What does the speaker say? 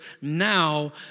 now